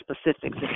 specifics